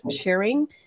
sharing